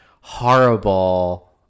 horrible